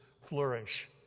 flourish